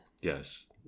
Yes